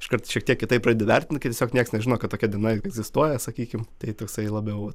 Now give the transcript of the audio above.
iškart šiek tiek kitaip pradedi vertinti kai tiesiog nieks nežino kad tokia diena egzistuoja sakykim tai toksai labiau